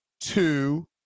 two